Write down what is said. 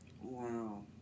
Wow